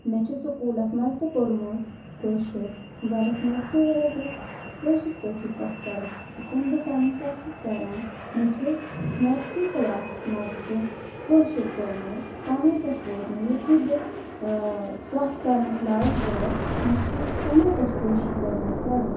مےٚ چھِ سکوٗلَس منٛز تہِ پوٚرمُت کٲشُر گَرَس منٛز تہِ ٲسۍ اَسۍ کٲشِر پٲٹھی کَتھ کَرٕ یُتھ زَن بہٕ پَنٕنۍ کَتھ چھَس کَران مےٚ چھِ نرسٕری کلاس منٛز تہِ کٲشُر کوٚرمُت تَنے پؠٹھ ووٚت مےٚ یُتھُے بہٕ کَتھ کَرنَس لایق گٔیَس مےٚ چھِ تَنے پؠٹھ کٲشُر لوٚگمُت کَرُن